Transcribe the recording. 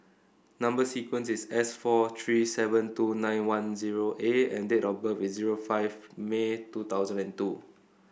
number sequence is S four three seven two nine one zero A and date of birth is zero five May two thousand and two